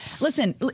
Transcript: listen